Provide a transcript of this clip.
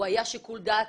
זה היה שיקול דעת